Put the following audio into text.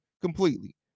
Completely